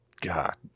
God